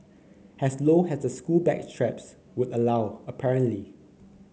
as low as the school bag straps would allow apparently